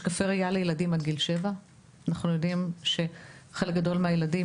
הכנסנו משקפי ילדים עד גיל 7. אנחנו יודעים שחלק גדול מהילדים,